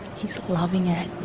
he's loving it.